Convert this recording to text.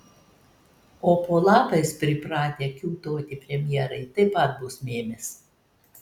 o po lapais pripratę kiūtoti premjerai taip pat bus mėmės